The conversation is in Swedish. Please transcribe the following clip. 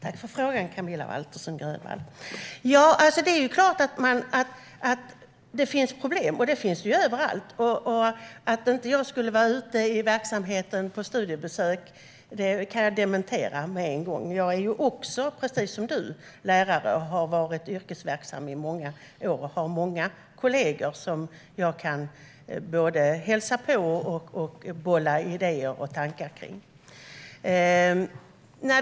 Herr talman! Tack för frågan, Camilla Waltersson Grönvall! Det är klart att det finns problem, och det finns det överallt. Att inte jag skulle vara ute på studiebesök i verksamheten kan jag dementera på en gång. Jag är precis som du lärare och har varit yrkesverksam i många år. Jag har många kollegor som jag både kan hälsa på och bolla idéer och tankar med.